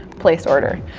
place order